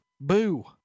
Boo